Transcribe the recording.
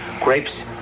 Grapes